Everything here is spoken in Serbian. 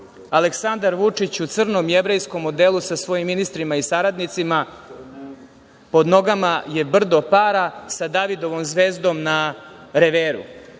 Aleksandar Vučić u crnom jevrejskom odelu sa svojim ministrima i saradnicima. Pod nogama je brdo para sa Davidovom zvezdom na reveru.